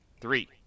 Three